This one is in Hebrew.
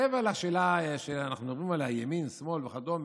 מעבר לשאלה של ימין, שמאל וכדומה,